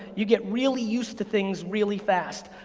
you get really used to things really fast.